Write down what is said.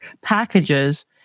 packages